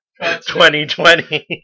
2020